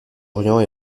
orient